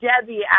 Debbie